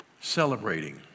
celebrating